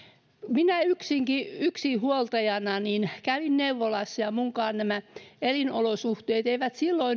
minä yksinhuoltajana kävin neuvolassa ja minunkaan elinolosuhteeni eivät silloin